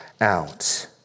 out